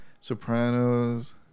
Sopranos